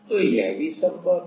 तो यह भी संभव है